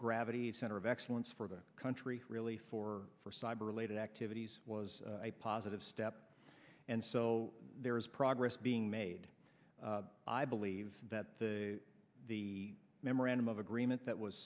gravity center of excellence for the country really for for cyber related activities was a positive step and so there is progress being made i believe that the memorandum of agreement that was